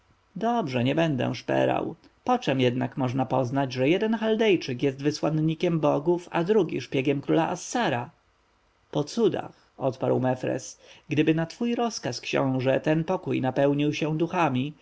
dobrze nie będę szperał po czem jednak można poznać że jeden chaldejczyk jest wysłannikiem bogów a drugi szpiegiem króla assara po cudach odparł mefres gdyby na twój rozkaz książę ten pokój napełnił się duchami